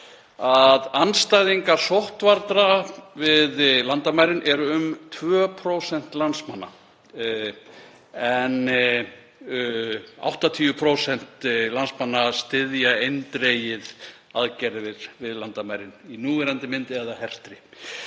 að andstæðingar sóttvarna við landamærin eru um 2% landsmanna, en 80% landsmanna styðja eindregið aðgerðir við landamærin í núverandi mynd eða hertri.